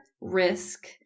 risk